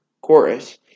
Chorus